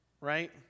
right